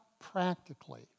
practically